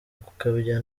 gukabya